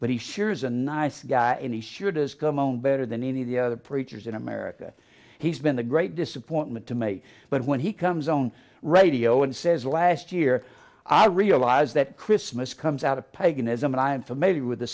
but he sure is a nice guy and he sure does come own better than any of the other preachers in america he's been a great disappointment to me but when he comes own radio and says last year i realize that christmas comes out of paganism and i'm familiar with the